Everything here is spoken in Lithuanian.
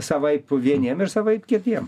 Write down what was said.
savaip vieniem ir savaip kitiem